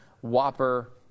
Whopper